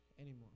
anymore